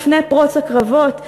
לפני פרוץ הקרבות,